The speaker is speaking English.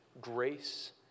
grace